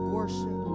Worship